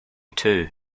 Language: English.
two